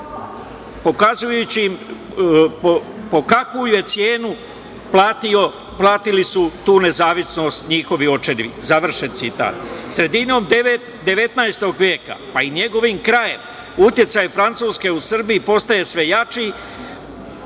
pokazujući im po kojoj su ceni platili tu nezavisnost njihovi očevi“, završen citat. Sredinom 19. veka, pa i njegovim krajem, uticaj Francuske u Srbiji postaje sve jači.